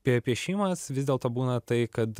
pie piešimas vis dėlto būna tai kad